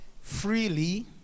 freely